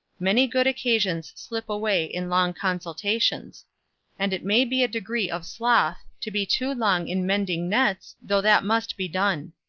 many good occasions slip away in long consultations and it may be a degree of sloth, to be too long in mending nets, though that must be done.